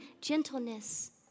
gentleness